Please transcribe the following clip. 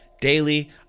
daily